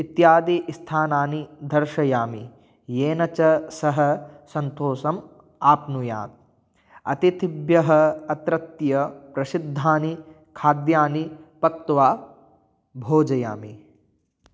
इत्यादि स्थानानि दर्शयामि येन च सह सन्तोषम् आप्नुयात् अतिथिभ्यः अत्रत्य प्रसिद्धानि खाद्यानि पक्त्वा भोजयामि